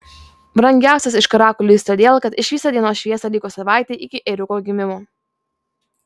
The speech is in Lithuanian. brangiausias iš karakulių jis todėl kad išvysta dienos šviesą likus savaitei iki ėriuko gimimo